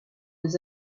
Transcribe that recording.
des